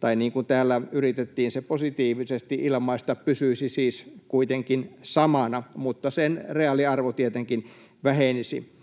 tai niin kuin täällä yritettiin se positiivisesti ilmaista, pysyisi siis kuitenkin samana, mutta sen reaaliarvo tietenkin vähenisi.